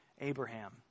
Abraham